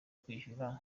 kwishyura